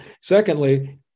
Secondly